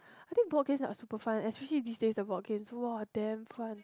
I think board games are super fun especially these days the board games !wah! damn fun